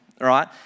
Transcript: right